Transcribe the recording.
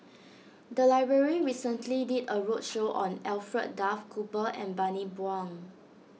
the library recently did a roadshow on Alfred Duff Cooper and Bani Buang